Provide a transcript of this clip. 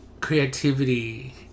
creativity